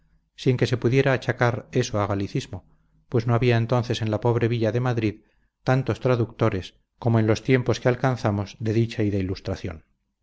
sin que se pudiera achacar eso a galicismo pues no había entonces en la pobre villa de madrid tantos traductores como en los tiempos que alcanzamos de dicha y de ilustración